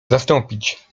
zastąpić